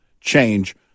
change